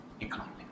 economy